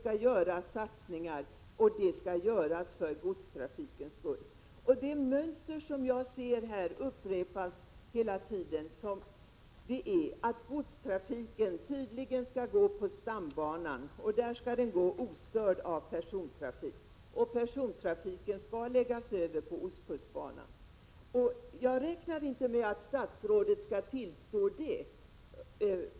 Satsningar skall göras för godstrafikens skull. Det mönster som jag ser upprepas hela tiden är att godstrafiken tydligen skall gå på stambanan, och där skall den gå ostörd av persontrafik. Persontrafiken skall läggas över på ostkustbanan. Jag räknar inte med att statsrådet skall tillstå det.